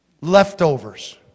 Leftovers